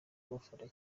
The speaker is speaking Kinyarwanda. bafana